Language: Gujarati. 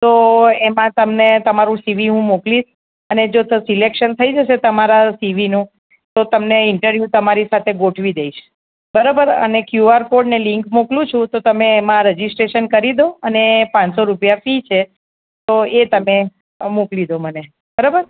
તો એમાં તમને તમારું સીવી હું મોકલીશ અને જો થ સિલેક્શન થઈ જશે તમારાં સીવીનું તો તમને ઇન્ટરવ્યુ તમારી સાથે ગોઠવી દઇશ બરાબર અને ક્યુઆર કોડને લિન્ક મોકલું છું તો તમે એમાં રજીસ્ટ્રેશન કરી દો અને પાંચસો રૂપિયા ફી છે તો એ તમે મોકલી દો મને બરાબર